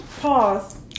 pause